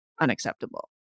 unacceptable